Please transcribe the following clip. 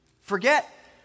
Forget